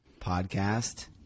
podcast